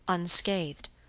unscathed.